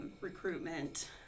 recruitment